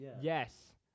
Yes